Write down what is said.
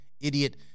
idiot